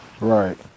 Right